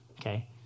okay